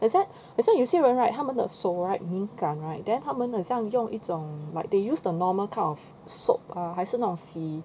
is that 好像有一些人的手 right then 他们好像用一种 like they use the normal type of soap err 还是那种洗